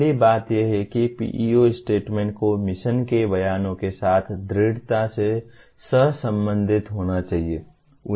पहली बात यह है कि PEO स्टेटमेंट को मिशन के बयानों के साथ दृढ़ता से सहसंबंधित होना चाहिए